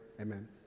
amen